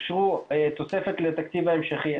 אושרו תוספת לתקציב ההמשכי.